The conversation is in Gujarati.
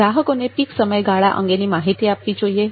ગ્રાહકોને પીક સમયગાળા અંગેની માહિતી આપવી જોઈએ